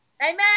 Amen